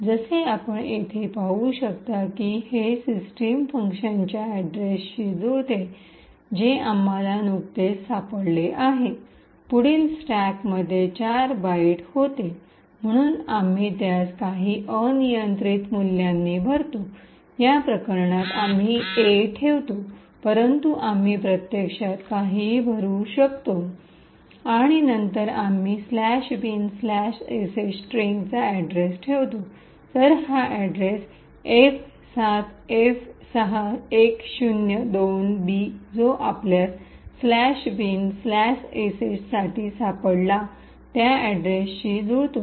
जसे आपण येथे पाहू शकता की हे सिस्टीम फंक्शनच्या अड्रेसशी जुळते जे आम्हाला नुकतेच सापडले आहे पुढील स्टॅकमध्ये 4 बाइट होते म्हणून आम्ही त्यास काही अनियंत्रित मूल्यांनी भरतो या प्रकरणात आम्ही ए ठेवतो परंतु आम्ही प्रत्यक्षात काहीही भरू शकतो आणि नंतर आम्ही " bin sh" स्ट्रिंगचा अड्रेस ठेवतो तर हा अड्रेस F7F6102B जो आपल्यास " bin sh"साठी सापडला त्या अड्रेसशी जुळतो